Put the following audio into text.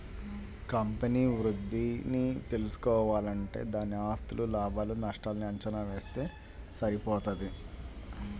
company వృద్ధిని తెల్సుకోవాలంటే దాని ఆస్తులు, లాభాలు నష్టాల్ని అంచనా వేస్తె సరిపోతది